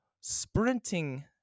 sprinting